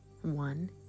One